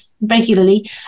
regularly